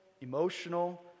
emotional